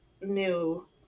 new